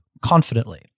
confidently